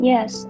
Yes